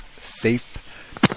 safe